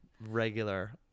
regular